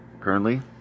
currently